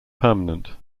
permanent